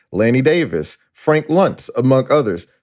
lanny davis, frank luntz, among others.